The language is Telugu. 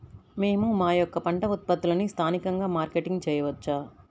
మేము మా యొక్క పంట ఉత్పత్తులని స్థానికంగా మార్కెటింగ్ చేయవచ్చా?